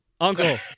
Uncle